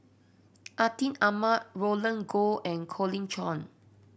Atin Amat Roland Goh and Colin Cheong